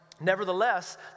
Nevertheless